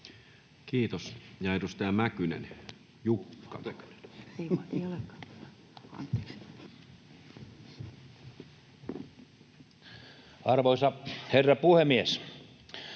Kiitos. — Edustaja Mäkynen, Jukka. Arvoisa herra puhemies!